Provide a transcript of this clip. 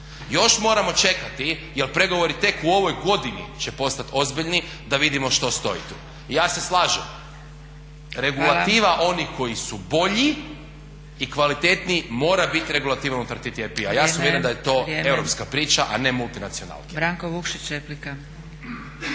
Još moramo čekati jer pregovori tek u ovoj godini će postat ozbiljni da vidimo što stoji tu. I ja se slažem, regulativa onih koji su bolji i kvalitetniji mora biti regulativa unutar TTIP-a. Ja sam uvjeren da je to europska priča, a ne multinacionalna.